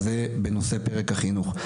זה בנושא פרק החינוך.